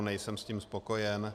Nejsem s tím spokojen.